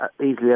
easily